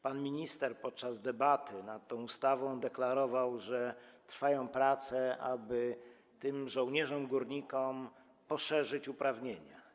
Pan minister podczas debaty nad tą ustawą deklarował, że trwają prace, aby tym żołnierzom górnikom rozszerzyć uprawnienia.